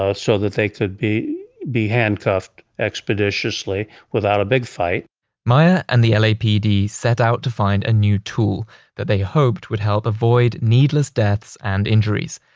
ah so that they could be be handcuffed expeditiously without a big fight meyer and the lapd set out to find a new tool that they hoped would help avoid needless deaths and injuries.